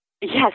Yes